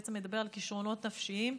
שבעצם מדבר על כישרונות נפשיים,